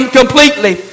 completely